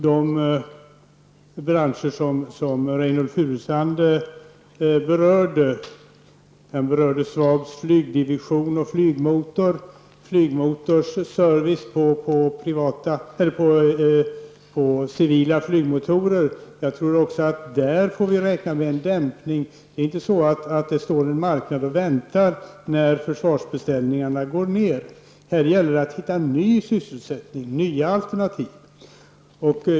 De branscher Reynoldh Furustrand berörde var flygdivision, flygmotor och flygmotorservice till civila flygmotorer. Jag tror att vi får räkna med en dämpning också på dessa områden. Det står ingen marknad och väntar när försvarsbeställningarna minskar i antal. Det gäller att skapa ny sysselsättning och nya alternativ.